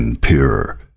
pure